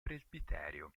presbiterio